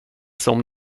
som